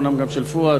אומנם גם של פואד,